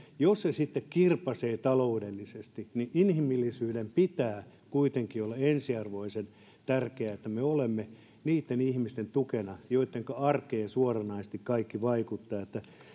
jos se sitten kirpaisee taloudellisesti niin inhimillisyyden pitää kuitenkin olla ensiarvoisen tärkeää sen että me olemme niitten ihmisten tukena joittenka arkeen suoranaisesti kaikki vaikuttaa